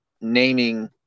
naming